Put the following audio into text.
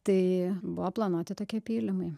tai buvo planuoti tokie pylimai